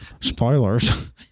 spoilers